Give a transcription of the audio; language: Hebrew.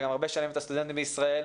וגם הרבה שנים את הסטודנטים בישראל,